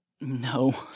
No